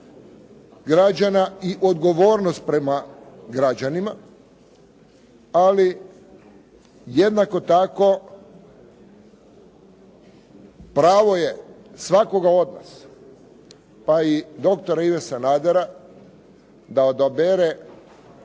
građana i odgovornost prema građanima, ali jednako tako pravo je svakoga od nas, pa i doktora Ive Sanadera da odabere